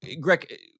Greg